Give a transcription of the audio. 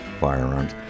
Firearms